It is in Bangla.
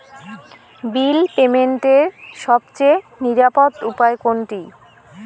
বিল পেমেন্টের সবচেয়ে নিরাপদ উপায় কোনটি?